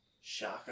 Shocker